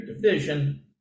division